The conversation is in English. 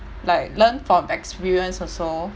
like learn from experience also